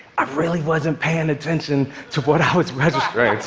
i really wasn't paying attention to what i was registering to.